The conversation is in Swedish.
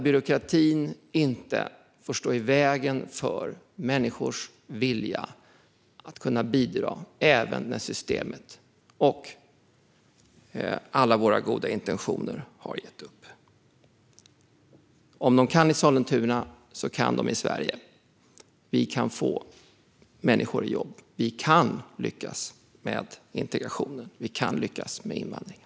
Byråkratin får inte stå i vägen för människors vilja att bidra även när systemet och alla våra goda intentioner har gett upp. Om de kan i Sollentuna kan vi i hela Sverige. Vi kan få människor i jobb. Vi kan lyckas med integrationen. Vi kan lyckas med invandringen.